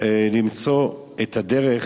למצוא את הדרך